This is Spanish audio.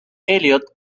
elliott